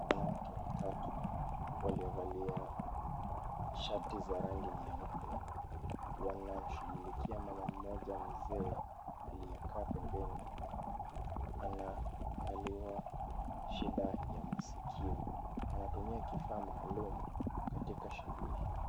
Wanawake watatu waliovalia shati za rangi nyeupe, wanashughulikia mama mmoja mzee aliyekaa pembeni, anaangaliwa shida ya masikio, wanatumia kifaa maalum katika shughuli hiyo.